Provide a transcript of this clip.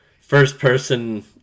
first-person